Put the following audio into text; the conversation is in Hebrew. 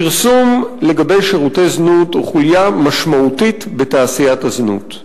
פרסום לגבי שירותי זנות הוא חוליה משמעותית בתעשיית הזנות.